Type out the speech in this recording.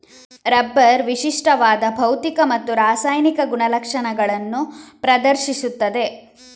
rubber ವಿಶಿಷ್ಟವಾದ ಭೌತಿಕ ಮತ್ತು ರಾಸಾಯನಿಕ ಗುಣಲಕ್ಷಣಗಳನ್ನು ಪ್ರದರ್ಶಿಸುತ್ತದೆ